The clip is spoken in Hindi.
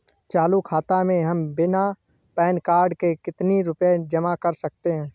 चालू खाता में हम बिना पैन कार्ड के कितनी रूपए जमा कर सकते हैं?